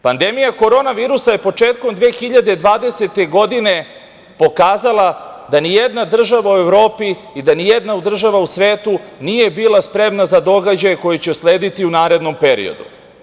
Pandemija korona virusa je početkom 2020. godine, pokazala da nijedna država u Evropi i da nijedna država u svetu nije bila spremna za događaj koji će uslediti u narednom periodu.